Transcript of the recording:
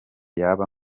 yaba